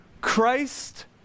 Christ